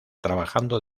trabajando